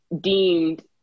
deemed